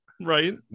Right